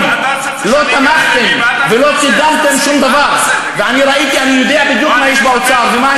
אם זה יעבור לכספים ייתנו לכם את כל פרטי ההלוואות ופרטי הריביות.